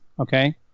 Okay